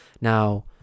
Now